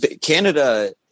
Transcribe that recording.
Canada